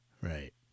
Right